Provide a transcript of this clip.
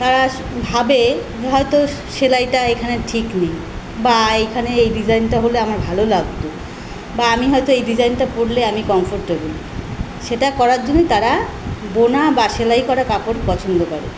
তারা ভাবে হয়তো সে সেলাইটা এখানের ঠিক নেই বা এইখানে এই ডিজাইনটা হলে আমার ভালো লাগতো বা আমি হয়তো এই ডিজাইনটা পরলে আমি কমফোর্টেবেল সেটা করার জন্যই তারা বোনা বা সেলাই করা কাপড় পছন্দ করে